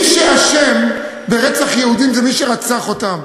מי שאשם ברצח יהודים זה מי שרצח אותם.